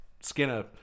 Skinner